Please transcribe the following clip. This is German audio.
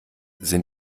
sind